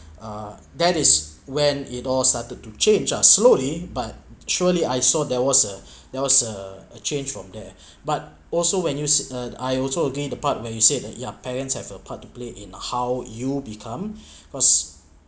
uh that is when it all started to change are slowly but surely I saw there was a there was a change from there but also when you s~ uh I also agree the part where you said that you parents have a part to play in how you become was